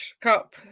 Cup